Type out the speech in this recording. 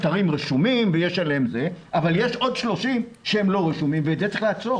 רשומים ויש עוד 30 שהם לא רשומים ואת זה צריך לעצור.